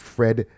Fred